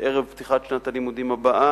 ערב פתיחת שנת הלימודים הבאה,